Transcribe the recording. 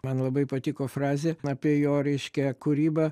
man labai patiko frazė apie jo reiškia kūrybą